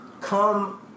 come